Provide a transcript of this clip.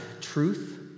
truth